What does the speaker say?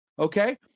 Okay